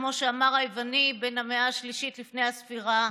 כמו שאמר היווני בן המאה השלישית לפני הספירה,